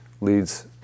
leads